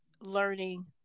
learning